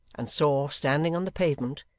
and saw, standing on the pavement,